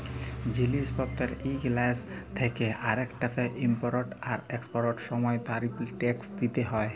জিলিস পত্তের ইক দ্যাশ থ্যাকে আরেকটতে ইমপরট আর একসপরটের সময় তারিফ টেকস দ্যিতে হ্যয়